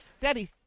daddy